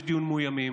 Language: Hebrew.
אז יש דיון מאוימים,